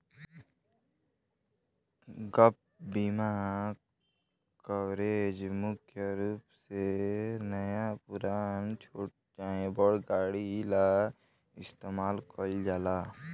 gap बीमा coverage मुख्य रूप से नया पुरान, छोट चाहे बड़ गाड़ी ला इस्तमाल कईल जाला